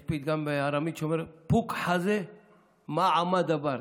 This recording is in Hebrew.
יש פתגם בארמית שאומר: פוק חזי מאי עמא דבר,